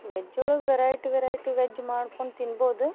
veg ಒಳಗೆ variety variety veg ಮಾಡ್ಕೊಂಡು ತಿನ್ಬೋದು